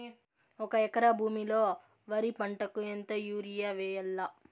ఒక ఎకరా భూమిలో వరి పంటకు ఎంత యూరియ వేయల్లా?